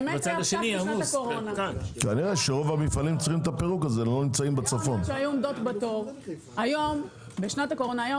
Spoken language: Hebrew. היו אוניות שהיו עומדות בתור בשנת הקורונה.